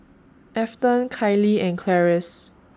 Afton Kailey and Clarice